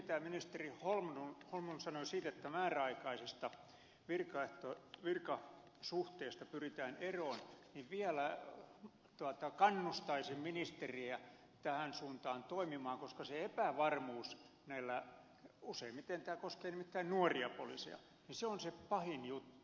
siinä mitä ministeri holmlund sanoi siitä että määräaikaisista virkasuhteista pyritään eroon vielä kannustaisin ministeriä tähän suuntaan toimimaan koska se epävarmuus useimmiten tämä koskee nimittäin nuoria poliiseja on se pahin juttu